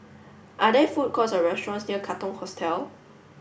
are there food courts or restaurants near Katong Hostel